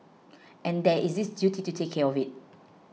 and there is this duty to take care of it